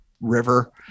river